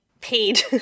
paid